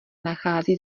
nachází